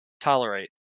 tolerate